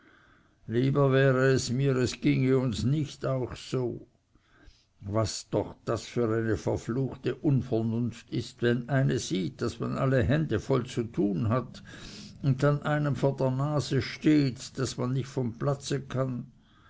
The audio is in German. lieber wäre es mir es ginge uns nicht auch so was doch das für eine verfluchte unvernunft ist wenn eine sieht daß man alle hände voll zu tun hat und dann einem vor der nase steht daß man nicht vom platz kann